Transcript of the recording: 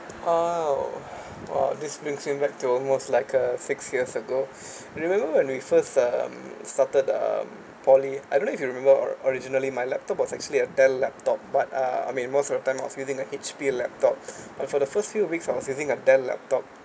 oh oh this brings you back to almost like a six years ago remember when we first um started um poly I don't know if you remember or~ originally my laptop was actually a Dell laptop but uh I mean most of the time I'm using a H_P laptop and for the first few weeks I was using a Dell laptop